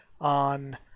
on